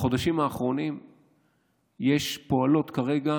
בחודשים האחרונים פועלות כרגע